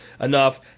enough